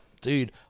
dude